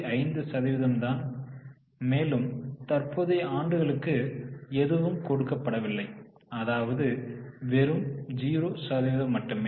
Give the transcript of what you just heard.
5 சதவிகிதம் தான் மேலும் தற்போதைய ஆண்டுகளுக்கு எதுவும் கொடுக்கப்படவில்லை அதாவது வெறும் 0 சதவீதம் மட்டுமே